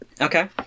Okay